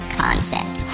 concept